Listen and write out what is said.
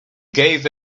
gave